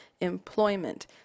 employment